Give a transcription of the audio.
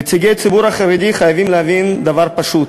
נציגי הציבור החרדי חייבים להבין דבר פשוט,